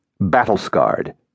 battle-scarred